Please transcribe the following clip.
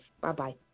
Bye-bye